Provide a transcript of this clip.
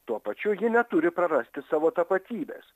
tuo pačiu ji neturi prarasti savo tapatybės